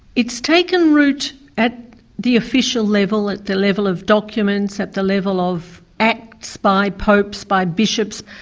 it's taken root at the official level, at the level of documents, at the level of acts by popes, by bishops,